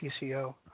PCO